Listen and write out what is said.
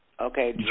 Okay